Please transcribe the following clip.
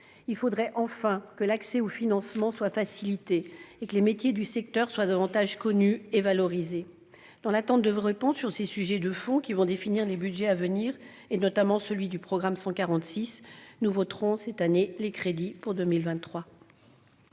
Il faudrait enfin que l'accès au financement soit facilité, et que les métiers du secteur soient davantage connus et valorisés. Dans l'attente de vos réponses sur ces sujets de fond, qui vont définir les budgets à venir, et notamment celui du programme 146, nous voterons cette année les crédits pour 2023.